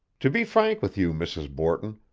to be frank with you, mrs. borton,